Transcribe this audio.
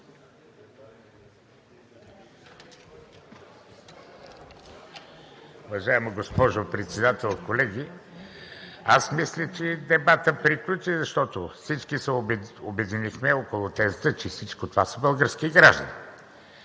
Уважаема госпожо Председател, колеги! Аз мисля, че дебатът приключи, защото всички се обединихме около тезата, че всичко това са български граждани.